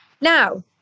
Now